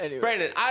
Brandon